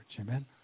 Amen